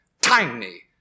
tiny